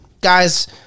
Guys